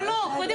בכל